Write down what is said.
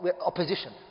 opposition